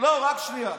רק שנייה.